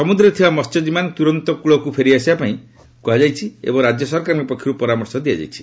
ସମୁଦ୍ରରେ ଥିବା ମହ୍ୟଜୀବୀମାନେ ତୁରନ୍ତ କୁଳକୁ ଫେରି ଆସିବା ପାଇଁ ମଧ୍ୟ ରାଜ୍ୟ ସରକାରଙ୍କ ପକ୍ଷରୁ ପରାମର୍ଶ ଦିଆଯାଇଛି